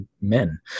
men